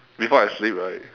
before I sleep right